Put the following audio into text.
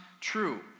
true